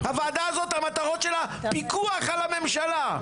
הוועדה הזאת המטרות שלה פיקוח על הממשלה.